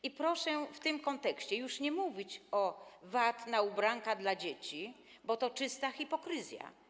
I proszę w tym kontekście już nie mówić o Vacie na ubranka dla dzieci, bo to czysta hipokryzja.